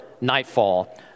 nightfall